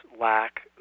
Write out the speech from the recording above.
lack